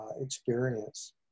experience